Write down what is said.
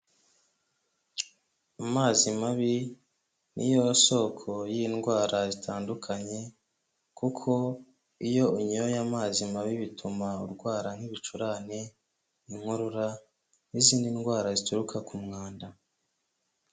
Amazi mabi ni yo soko y'indwara zitandukanye, kuko iyo unyoye amazi mabi bituma urwara nk'ibicurane, inkorora n'izindi ndwara zituruka ku mwanda.